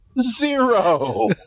zero